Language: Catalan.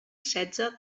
setze